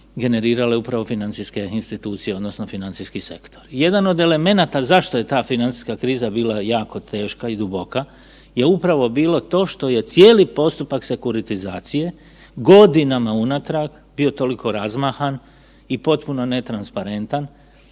generirale upravo financijske institucije, odnosno financijski sektor. Jedan od elemenata zašto je ta financijska kriza bila jako teška i duboka je upravo bilo to što je cijeli postupak sekuritizacije godinama unatrag bio toliko razmahan i potpuno netransparentan